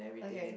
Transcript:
okay